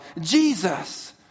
Jesus